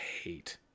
hate